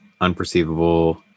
unperceivable